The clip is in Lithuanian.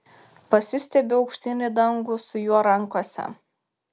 pasistiebiu aukštyn į dangų su juo rankose